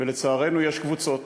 ולצערנו יש קבוצות,